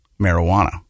marijuana